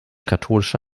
katholische